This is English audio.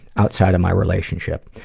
outside of my relationship.